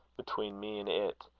between me and it,